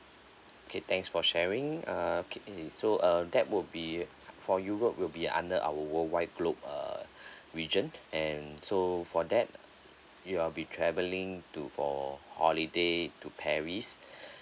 okay thanks for sharing uh ki~ i~ so uh that would be for europe will be under our worldwide globe err region and so for that you are be travelling to for holiday to paris